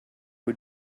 who